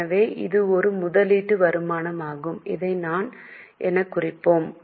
எனவே இது ஒரு முதலீட்டு வருமானமாகும் அதை நான் எனக் குறிப்போம்